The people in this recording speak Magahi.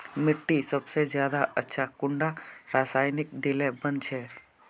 मिट्टी सबसे ज्यादा अच्छा कुंडा रासायनिक दिले बन छै?